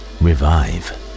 revive